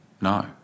No